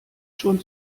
schon